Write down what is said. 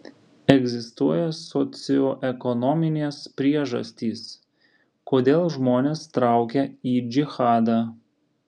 egzistuoja socioekonominės priežastys kodėl žmonės traukia į džihadą